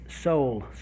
soul